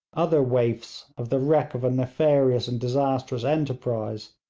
other waifs of the wreck of a nefarious and disastrous enterprise,